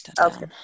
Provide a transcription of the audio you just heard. Okay